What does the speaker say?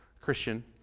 Christian